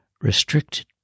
RESTRICTED